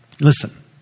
Listen